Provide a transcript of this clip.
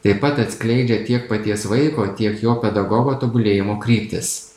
taip pat atskleidžia tiek paties vaiko tiek jo pedagogo tobulėjimo kryptis